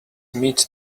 meet